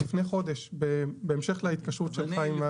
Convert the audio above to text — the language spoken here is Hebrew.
לפני חודש, בהמשך להתקשרות שלך עם.